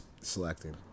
selecting